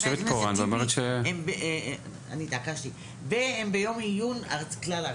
והם ביום עיון כלל ארצי.